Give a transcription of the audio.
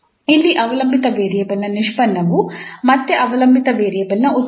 ಇಲ್ಲಿ ಅವಲಂಬಿತ ವೇರಿಯೇಬಲ್ನ ನಿಷ್ಪನ್ನವು ಮತ್ತೆ ಅವಲಂಬಿತ ವೇರಿಯೇಬಲ್ನ ಉತ್ಪನ್ನವಾಗಿದೆ